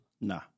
Nah